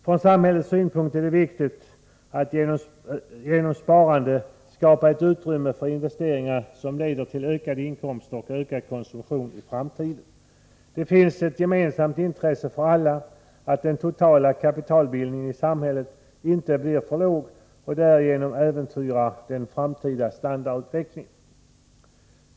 Från samhällets synpunkt är det viktigt att genom sparande skapa ett utrymme för investeringar som leder till ökade inkomster och ökad konsumtion i framtiden. Det finns ett gemensamt intresse för alla att den totala kapitalbildningen i samhället inte blir för låg och därigenom äventyrar den framtida standardutvecklingen.